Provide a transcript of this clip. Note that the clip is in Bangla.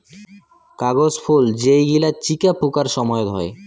কাগজ ফুল যেই গিলা চিকা ফুঁকার সময়ত হই